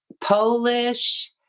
Polish